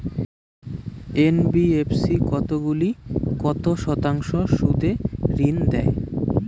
NBFC কতগুলি কত শতাংশ সুদে ঋন দেয়?